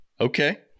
okay